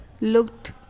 looked